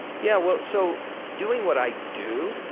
yeah, well, so. doing what i do,